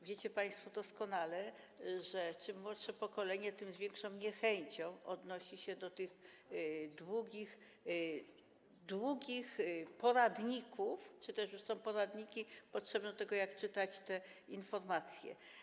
Wiecie państwo doskonale, że im młodsze pokolenie, tym z większą niechęcią odnosi się do tych długich poradników czy też już są poradniki potrzebne do tego, jak czytać te informacje.